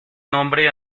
nombre